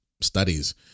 studies